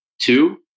Two